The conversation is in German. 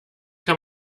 kann